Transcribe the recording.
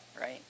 right